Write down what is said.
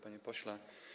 Panie Pośle!